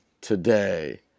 today